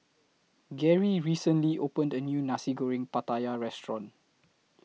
Gerry recently opened A New Nasi Goreng Pattaya Restaurant